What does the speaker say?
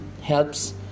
helps